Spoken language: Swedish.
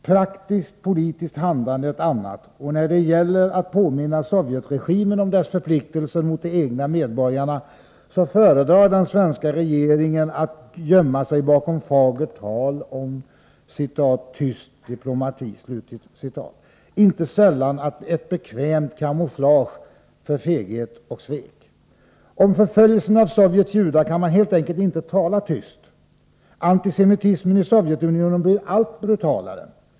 Praktiskt politiskt handlande ett annat. Och när det gäller att påminna Sovjetregimen om dess förpliktelser mot de egna medborgarna föredrar den svenska regeringen att gömma sig bakom fagert tal om "tyst diplomati” — inte sällan ett bekvämt kamouflage för feghet och svek. Om förföljelsen av Sovjets judar kan man helt enkelt inte tala tyst. Antisemitismen i Sovjetunionen blir allt brutalare.